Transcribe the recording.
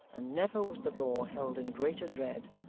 and never was the law held in greater dread,